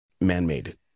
man-made